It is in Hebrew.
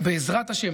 בעזרת השם.